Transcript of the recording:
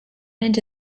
into